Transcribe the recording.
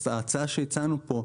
ההצעה שהצענו כאן